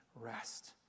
rest